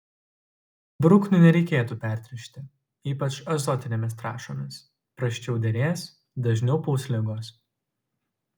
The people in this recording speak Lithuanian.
bruknių nereikėtų pertręšti ypač azotinėmis trąšomis prasčiau derės dažniau puls ligos